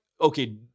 okay